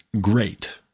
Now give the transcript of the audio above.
Great